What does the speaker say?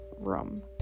room